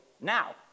Now